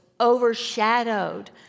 overshadowed